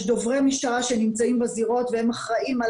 יש דוברי משטרה שנמצאים בזירות והם אחראים על